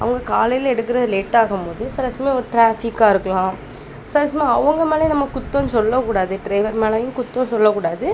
அவங்க காலையில எடுக்கிறது லேட்டாக ஆகும் போது சில சமயம் ஒரு ட்ராஃபிக்காக இருக்கலாம் சில சமயம் அவங்க மேலேயும் நம்ம குத்தம் சொல்லக்கூடாது ட்ரைவர் மேலயும் குற்றம் சொல்லக்கூடாது